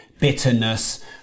bitterness